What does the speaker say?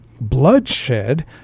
bloodshed